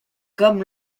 comme